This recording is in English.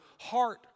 heart